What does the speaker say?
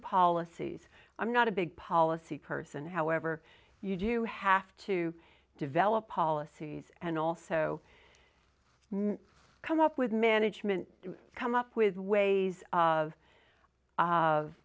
policies i'm not a big policy person however you do have to develop policies and also come up with management come up with ways of of